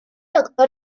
doctor